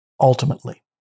ultimately